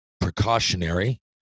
precautionary